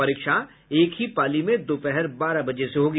परीक्षा एक ही पाली में दोपहर बारह बजे से होगी